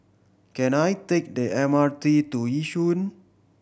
can I take the M R T to Yishun